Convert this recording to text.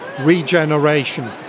regeneration